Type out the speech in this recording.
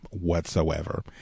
whatsoever